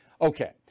Okay